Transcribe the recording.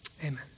Amen